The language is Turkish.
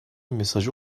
mesajı